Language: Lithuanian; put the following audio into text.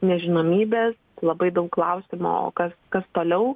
nežinomybės labai daug klausimo o kas kas toliau